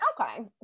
okay